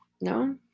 no